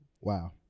Wow